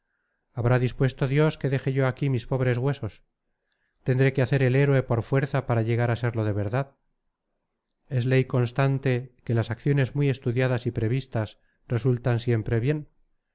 habrá dispuesto dios que deje yo aquí mis pobres huesos tendré que hacer el héroe por fuerza para llegar a serlo de verdad es ley constante que las acciones muy estudiadas y previstas resultan siempre bien